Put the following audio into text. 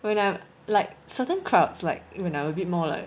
when I'm like certain crowds like you know a bit more like